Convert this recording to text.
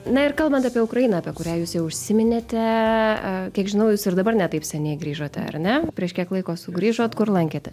na ir kalbant apie ukrainą apie kurią jūs jau užsiminėte kiek žinau jūs ir dabar ne taip seniai grįžote ar ne prieš kiek laiko sugrįžot kur lankėte